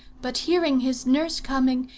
but hearing his nurse coming,